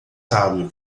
sábio